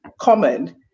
common